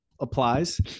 Applies